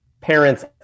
parents